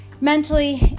mentally